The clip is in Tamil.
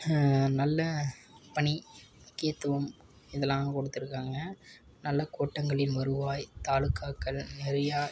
நல்ல பணி முக்கியத்துவம் இதெலாம் கொடுத்துருக்காங்க நல்ல கூட்டங்களின் வருவாய் தாலுக்காக்கள் நிறையா